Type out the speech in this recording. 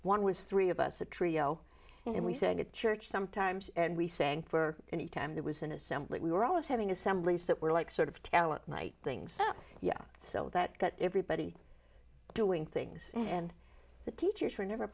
one with three of us a trio and we said at church sometimes and we sang for any time there was an assembly we were always having assemblies that were like sort of talent night things so yeah so that got everybody doing things and the teachers were never